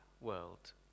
world